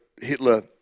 Hitler